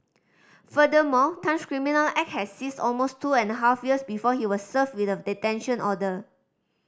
furthermore Tan's criminal act has ceased almost two and half years before he was served with a detention order